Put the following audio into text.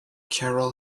carol